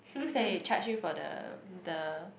because they charge you for the the